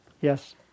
Yes